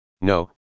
No